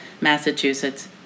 Massachusetts